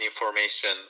information